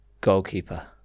Goalkeeper